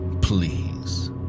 Please